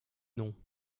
nom